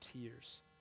tears